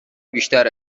بیشتر